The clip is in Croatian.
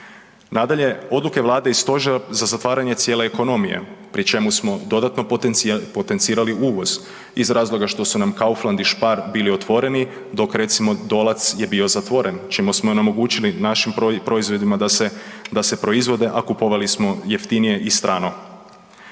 Nadalje, odluke Vlade i stožer za zatvaranje cijele ekonomije pri čemu smo dodatno potencirali uvoz iz razloga što su nam Kauflad i Spar bili otvoreni dok recimo Dolac je bio zatvoren čemu smo onemogućili našim proizvodima da se proizvode, a kupovali smo jeftinije i strano.